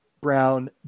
Brown